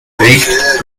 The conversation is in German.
regt